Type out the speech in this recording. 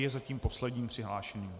Je zatím posledním přihlášeným.